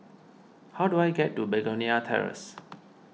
how do I get to Begonia Terrace